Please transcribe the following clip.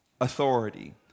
authority